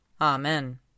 Amen